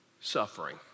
suffering